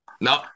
No